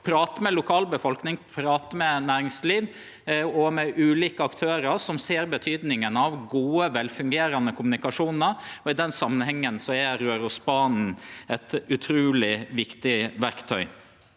prate med lokalbefolkninga og næringslivet, med ulike aktørar som ser betydninga av gode, velfungerande kommunikasjonar, og i den samanhengen er Rørosbanen eit utruleg viktig verktøy.